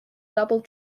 double